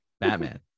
batman